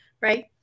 right